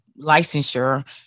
licensure